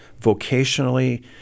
vocationally